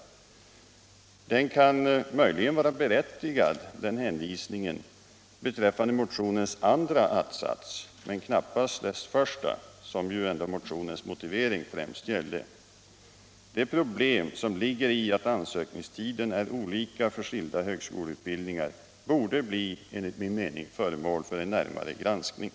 Hänvisningen kan möjligen vara berättigad beträffande motionens andra att-sats men knappast beträffande dess första, som ju ändå motionens motivering främst gällde. Det problem som ligger i att ansökningstiden är olika för skilda högskoleutbildningar borde enligt min mening bli föremål för en närmare granskning.